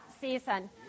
season